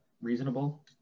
reasonable